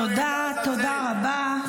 תודה, תודה רבה.